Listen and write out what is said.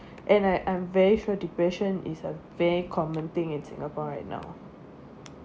and I'm I'm very sure depression is a very common thing in singapore right now